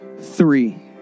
Three